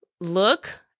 look